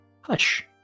Hush